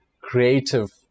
creative